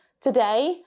Today